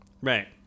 right